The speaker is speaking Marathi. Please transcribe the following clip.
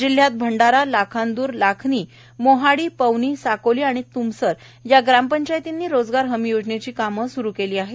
जिल्हयात भंडारा लाखांदूर लाखनी मोहाडी पवनी साकोली आणि त्मसर या ग्रामपंचायतींनी रोजगार हमी योजनेची कामे स्रु केली आहेत